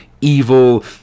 evil